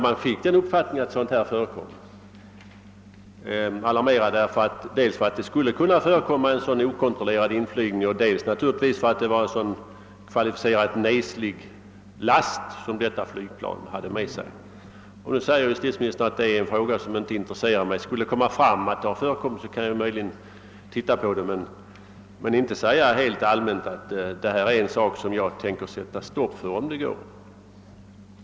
Jag tror att allmänheten blev mycket alarmerad dels av att det skulle kunna förekomma sådan okontrollerad inflygning, dels av att det var en så kvalificerat neslig last som detta flygplan hade med sig. Nu säger justitieministern att »det är en fråga som inte intresserar mig; skulle det komma fram att det har förekommit sådan narkotikasmuggling kan jag möjligen titta på det«. Men han vill inte rent allmänt säga att han tänker sätta stopp för denna narkotikasmuggling om det går.